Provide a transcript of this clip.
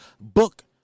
book